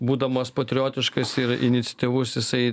būdamas patriotiškas ir iniciatyvus jisai